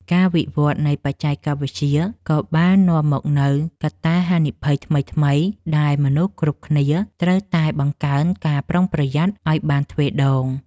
ការវិវឌ្ឍនៃបច្ចេកវិទ្យាក៏បាននាំមកនូវកត្តាហានិភ័យថ្មីៗដែលមនុស្សគ្រប់គ្នាត្រូវតែបង្កើនការប្រុងប្រយ័ត្នឱ្យបានទ្វេដង។